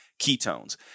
ketones